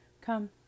Come